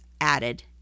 added